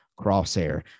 Crosshair